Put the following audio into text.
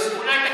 בסדר.